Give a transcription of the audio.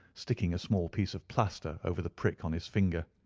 sticking a small piece of plaster over the prick on his finger.